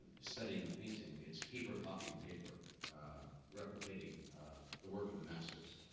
studying a painting, it's paper copying paper replicating the work of the masters.